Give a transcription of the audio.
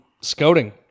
scouting